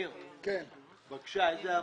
איזה עמוד?